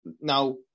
Now